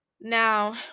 Now